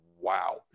wow